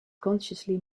consciously